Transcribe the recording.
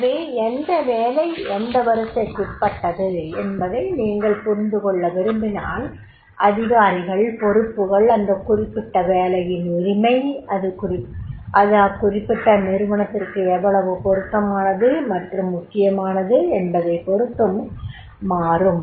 எனவே எந்த வேலை எந்த வரிசைக்குட்பட்டது என்பதை நீங்கள் புரிந்து கொள்ள விரும்பினால் அதிகாரிகள் பொறுப்புகள் அந்த குறிப்பிட்ட வேலையின் உரிமை அது அக்குறிப்பிட்ட நிறுவனத்திற்கு எவ்வளவு பொருத்தமானது மற்றும் முக்கியமானது என்பதைப் பொருத்து மாறும்